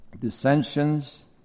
dissensions